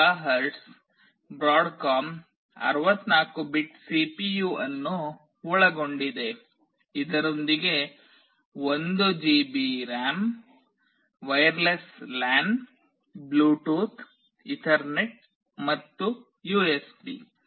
2 GHz Broadcom 64 bit CPU ಅನ್ನು ಒಳಗೊಂಡಿದೆ ಇದರೊಂದಿಗೆ 1 GB RAM wireless LAN Bluetooth Ethernet ಮತ್ತು ಯುಎಸ್ಬಿ